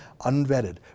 unvetted